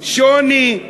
שוני.